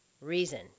reason